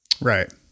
Right